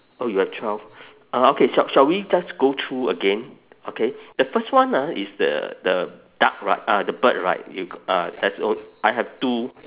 oh you have twelve uh okay shall shall we just go through again okay the first one ah is the the duck right uh the bird right you uh there's o~ I have two